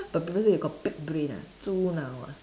but people say you got pig brain ah 猪脑 ah